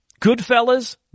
Goodfellas